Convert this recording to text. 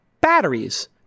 batteries